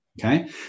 okay